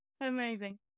amazing